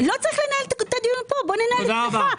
לא צריך לנהל את הדיון פה, בוא ננהל אצלך.